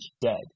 dead